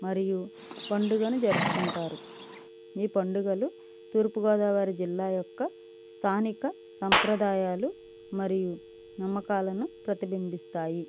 మరియు పండుగను జరుపుకుంటారు ఈ పండుగలు తూర్పుగోదావరి జిల్లా యొక్క స్థానిక సంప్రదాయాలు మరియు నమ్మకాలను ప్రతిబింబిస్తాయి